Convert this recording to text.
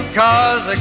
cause